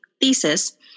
thesis